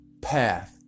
path